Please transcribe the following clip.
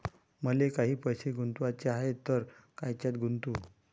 मले काही पैसे गुंतवाचे हाय तर कायच्यात गुंतवू?